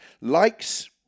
Likes